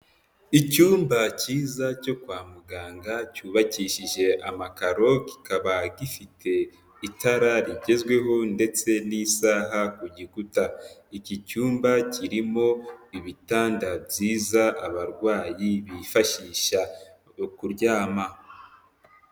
Icyumba cyiza cyo kwa muganga cyubakishije amakaro, kikaba gifite itara rigezweho ndetse n'isaha ku gikuta. Iki cyumba kirimo ibitanda byiza abarwayi bifashisha mu kuryama.